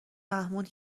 فهموند